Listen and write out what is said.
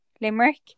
Limerick